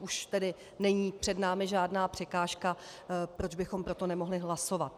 Už není před námi žádná překážka, proč bychom pro to nemohli hlasovat.